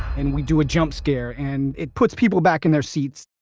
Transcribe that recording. and we do a jump scare, and it puts people back in their seats.